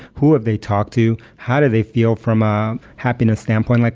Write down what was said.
who have they talked to? how do they feel from a happiness standpoint? like